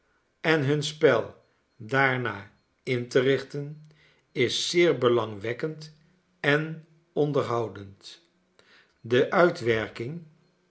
en hun spel daarnaar in te richten is zeer belangwekkend en onderhoudend de uitwerking